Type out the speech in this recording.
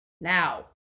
Now